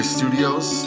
Studios